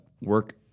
work